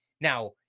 now